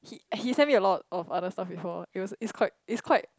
he he send me a lot of other stuff you know it was it's quite it's quite